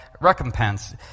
recompense